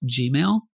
gmail